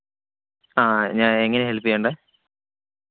ആ ഞാനെങ്ങനെയാണ് ഹെൽപ്പ് ചെയ്യേണ്ടത്